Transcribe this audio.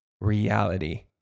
reality